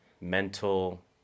mental